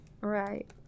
Right